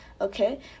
okay